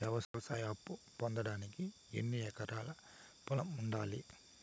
వ్యవసాయ అప్పు పొందడానికి ఎన్ని ఎకరాల పొలం ఉండాలి?